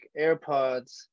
AirPods